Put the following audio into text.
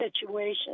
situation